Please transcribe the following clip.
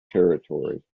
territory